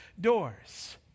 doors